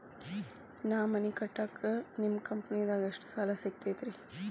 ನಾ ಮನಿ ಕಟ್ಟಾಕ ನಿಮ್ಮ ಕಂಪನಿದಾಗ ಎಷ್ಟ ಸಾಲ ಸಿಗತೈತ್ರಿ?